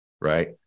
right